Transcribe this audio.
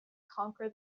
conquer